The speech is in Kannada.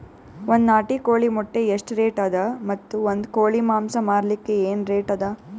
ಒಂದ್ ನಾಟಿ ಕೋಳಿ ಮೊಟ್ಟೆ ಎಷ್ಟ ರೇಟ್ ಅದ ಮತ್ತು ಒಂದ್ ಕೋಳಿ ಮಾಂಸ ಮಾರಲಿಕ ಏನ ರೇಟ್ ಅದ?